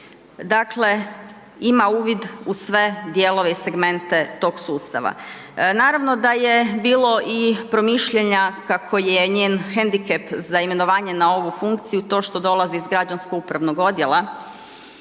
dakle ima uvid u sve dijelove i segmente tog sustava. Naravno da je bilo i promišljanja kako je njen hendikep za imenovanje na ovu funkciju to što dolazi iz građansko upravnog odjela,